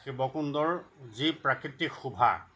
শিৱকুণ্ডৰ যি প্ৰাকৃতিক শোভা